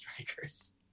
strikers